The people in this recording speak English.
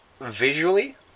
visually